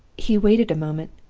he waited a moment,